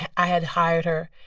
i had hired her.